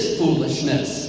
foolishness